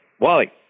Wally